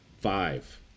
five